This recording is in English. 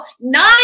Nine